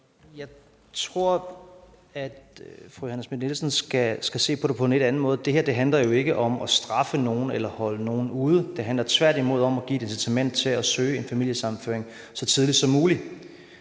Jeg tror, at fru Johanne Schmidt-Nielsen skal se på det på en lidt anden måde. Det her handler jo ikke om at straffe nogen eller holde nogen ude, men det handler tværtimod om at give et incitament til at søge en familiesammenføring så tidligt som muligt.